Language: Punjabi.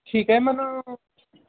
ਠੀਕ ਹੈ ਮੈਨੂੰ